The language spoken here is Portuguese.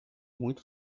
muito